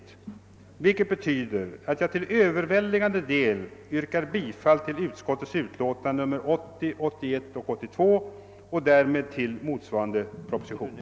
Detta betyder att jag till övervägande del yrkar bifall till utskottets hemställan i tredje lagutskottets utlåtanden nr 80, 81 och 82 och därmed till motsvarande propositioner.